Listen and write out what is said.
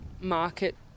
market